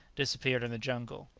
disappeared in the jungle.